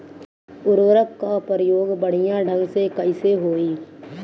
उर्वरक क प्रयोग बढ़िया ढंग से कईसे होई?